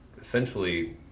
essentially